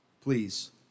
Please